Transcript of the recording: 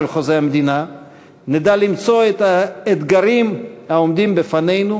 חוזה המדינה נדע למצוא את האתגרים העומדים בפנינו,